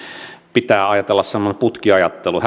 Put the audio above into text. pitää olla semmoinen putkiajattelu